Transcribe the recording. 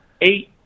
eight